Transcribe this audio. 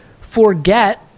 forget